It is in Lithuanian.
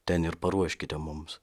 ten ir paruoškite mums